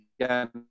again